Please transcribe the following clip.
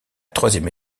troisième